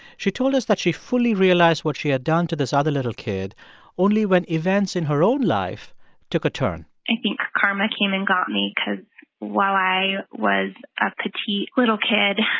she told us that she fully realized what she had done to this other little kid only when events in her own life took a turn i think karma came and got me cause while i was a petite little kid,